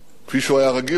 כפי שהוא היה רגיל לכך,